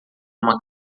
uma